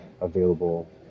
available